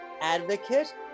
advocate